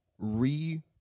re